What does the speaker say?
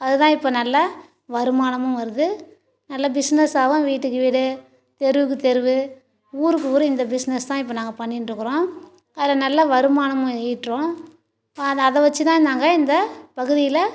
அது தான் இப்போ நல்ல வருமானமும் வருது நல்ல பிஸ்னஸ்ஸாகவும் வீட்டுக்கு வீடு தெருவுக்கு தெருவு ஊருக்கு ஊர் இந்த பிஸ்னஸ் தான் இப்போ நாங்கள் பண்ணிகிட்டு இருக்குறோம் அதில் நல்ல வருமானமும் ஈட்டுறோம் அதை வச்சி தான் நாங்கள் இந்த பகுதியில்